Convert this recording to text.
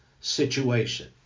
situation